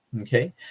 okay